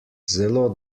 zelo